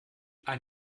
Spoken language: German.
ein